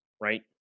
right